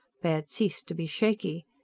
baird ceased to be shaky.